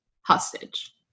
hostage